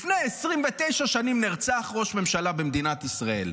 לפני 29 שנים נרצח ראש ממשלה במדינת ישראל.